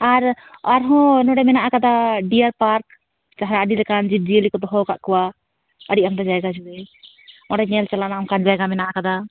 ᱟᱨ ᱟᱨᱦᱚᱸ ᱱᱚᱸᱰᱮ ᱢᱮᱱᱟᱜ ᱟᱠᱟᱫᱟ ᱰᱤᱭᱟᱨ ᱯᱟᱨᱠ ᱡᱟᱦᱟᱸᱨᱮ ᱟᱹᱰᱤ ᱞᱮᱠᱟᱱ ᱡᱤᱵᱽ ᱡᱤᱭᱟᱹᱞᱤ ᱠᱚ ᱦᱫᱚᱦᱚ ᱟᱠᱟᱫ ᱠᱚᱣᱟ ᱟᱹᱰᱤ ᱟᱢᱫᱟ ᱡᱟᱭᱜᱟ ᱡᱩᱲᱮ ᱚᱸᱰᱮ ᱧᱮᱞ ᱪᱟᱞᱟᱜ ᱨᱮᱱᱟᱜ ᱚᱱᱠᱟᱱ ᱡᱟᱭᱜᱟ ᱢᱮᱱᱟᱜ ᱟᱠᱟᱫᱟ